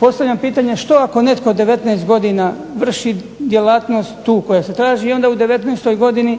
Postavljam pitanje što ako netko 19 godina vrši djelatno tu koja se traži, onda u 19. Godini